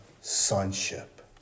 sonship